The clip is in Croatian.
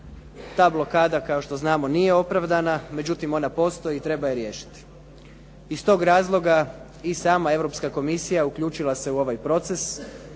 Ta blokada, kao što znamo, nije opravdana, međutim ona postoji i treba se riješiti. Iz tog razloga i sama Europska komisija uključila se u ovaj proces